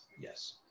yes